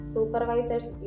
Supervisors